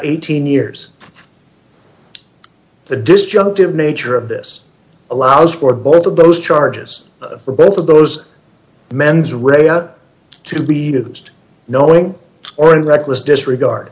eighteen years the disjunctive nature of this allows for both of those charges for both of those men's read out to be used knowing or in reckless disregard